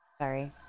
Sorry